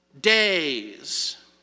days